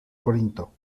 corinto